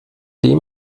dem